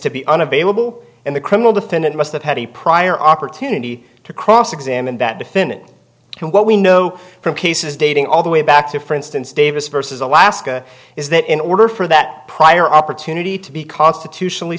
to be unavailable in the criminal defendant must have had a prior opportunity to cross examine that to finish what we know from cases dating all the way back to for instance davis versus alaska is that in order for that prior opportunity to be constitutionally